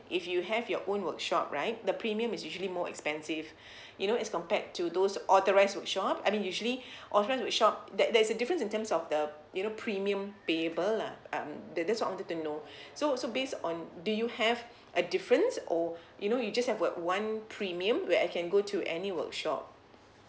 if you have your own workshop right the premium is usually more expensive you know as compared to those authorised workshop I mean usually our friend's workshop there there is a difference in terms of the you know premium payable lah um that that's what I wanted to know so so based on do you have a difference or you know you just have what one premium where I can go to any workshop